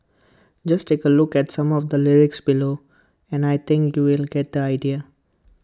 just take A look at some of the lyrics below and I think you'll get the idea